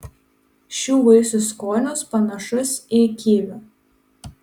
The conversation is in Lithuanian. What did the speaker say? šių vaisių skonis panašus į kivių